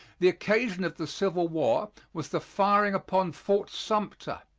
the occasion of the civil war was the firing upon fort sumter.